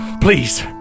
Please